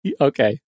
Okay